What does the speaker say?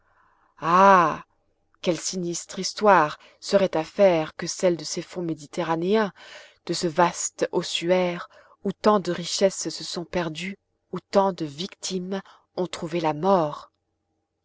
quelle sinistre histoire serait à faire que celle de ces fonds méditerranéens de ce vaste ossuaire où tant de richesses se sont perdues où tant de victimes ont trouvé la mort